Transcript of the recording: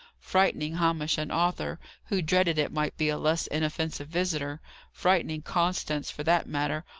frightening hamish and arthur, who dreaded it might be a less inoffensive visitor frightening constance, for that matter,